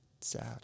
Sad